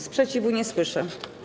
Sprzeciwu nie słyszę.